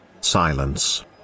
Silence